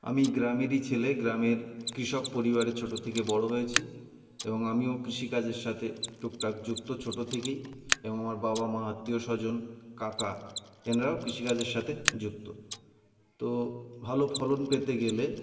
আমি গ্রামেরই ছেলে গ্রামের কৃষক পরিবারে ছোট থেকে বড় হয়েছি এবং আমিও কৃষিকাজের সাথে টুকটাক যুক্ত ছোট থেকেই এবং আমার বাবা মা আত্মীয় স্বজন কাকা এনারাও কৃষিকাজের সাথে যুক্ত তো ভালো ফলন পেতে গেলে